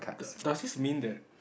do~ does this mean that